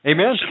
Amen